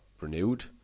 renewed